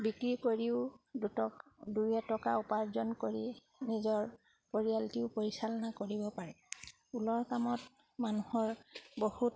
বিক্ৰী কৰিও দুটক দুই এটকা উপাৰ্জন কৰি নিজৰ পৰিয়ালটিও পৰিচালনা কৰিব পাৰে ঊলৰ কামত মানুহৰ বহুত